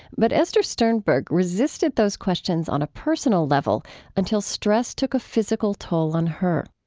but esther sternberg resisted those questions on a personal level until stress took a physical toll on her